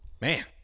man